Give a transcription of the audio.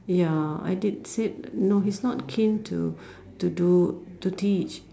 ya I did said no he's not keen to to do to teach